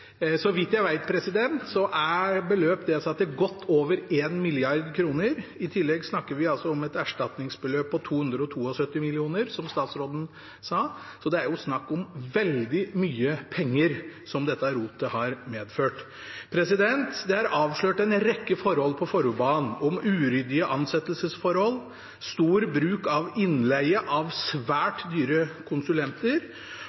Så vidt jeg vet, beløp det seg til godt over 1 mrd. kr. I tillegg snakker vi altså om et erstatningsbeløp på 272 mill. kr, som statsråden sa. Så det er jo snakk om veldig mye penger som dette rotet har medført. Det er avslørt en rekke forhold på Follobanen, om uryddige ansettelsesforhold, stor bruk av innleie av